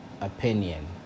opinion